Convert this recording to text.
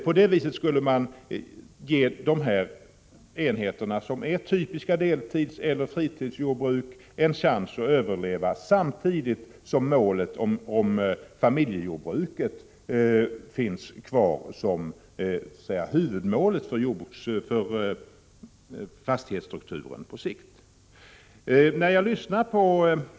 På det viset skulle man ge dessa enheter, som är typiska deltidseller fritidsjordbruk, en chans att överleva, samtidigt som målet om familjejordbruk finns kvar som huvudmålet för fastighetsstrukturen på sikt.